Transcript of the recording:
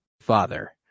father